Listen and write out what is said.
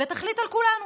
ותחליט על כולנו.